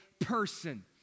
person